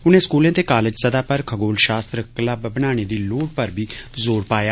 उनें स्कूलें ते कालेज स्तह पर खगोल शास्त्र क्लब बनाने दी लोड़ पर बी जोर पाया